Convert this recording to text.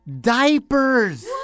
diapers